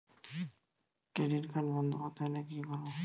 Credit card বন্ধ করতে হলে কি করব?